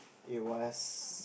it was